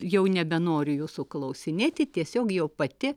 jau nebenoriu jūsų klausinėti tiesiog jau pati